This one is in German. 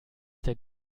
der